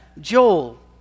Joel